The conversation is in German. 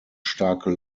starke